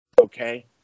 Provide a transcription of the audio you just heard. Okay